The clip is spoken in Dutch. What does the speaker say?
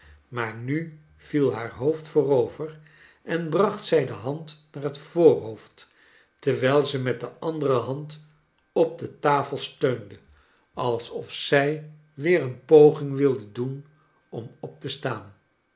maar nu viel haar hoofd voorover en bracht zij de tiand naar het voorhoofd terwijl zij met de andere hand op de tafel steunde alsof zij weer een poging wilde doen om op te staan